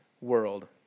world